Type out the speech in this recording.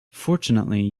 fortunately